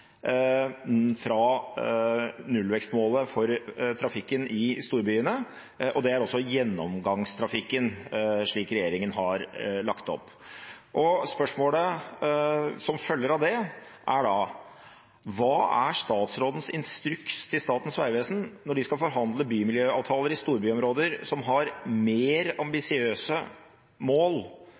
fra nullvekstmålet for trafikken i storbyene. Det er også gjennomgangstrafikken, slik regjeringen har lagt det opp. Spørsmålet som følger av det, er da: Hva er statsrådens instruks til Statens vegvesen når de skal forhandle bymiljøavtaler i storbyområder som har mer ambisiøse mål